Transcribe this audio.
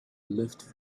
lift